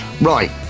Right